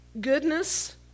goodness